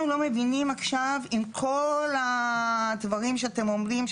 אנחנו לא מבינים עכשיו אם כל הדברים שאתם אומרים,